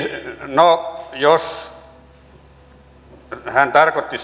no jos hän tarkoitti